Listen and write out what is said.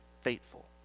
faithful